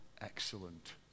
excellent